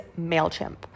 MailChimp